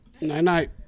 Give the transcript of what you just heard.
Night-night